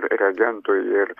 reagentų ir